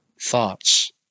thoughts